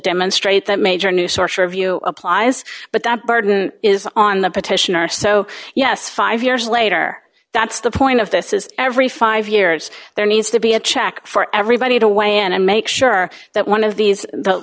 demonstrate that major new source review applies but the burden is on the petitioner so yes five years later that's the point of this is every five years there needs to be a check for everybody to weigh in and make sure that one of these the